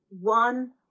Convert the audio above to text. One